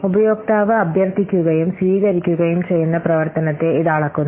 ഉപയോക്താവ് അഭ്യർത്ഥിക്കുകയും സ്വീകരിക്കുകയും ചെയ്യുന്ന പ്രവർത്തനത്തെ ഇത് അളക്കുന്നു